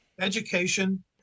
education